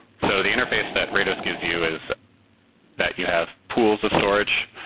so the interface that rados gives you is that you have pools of storage.